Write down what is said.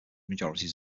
majorities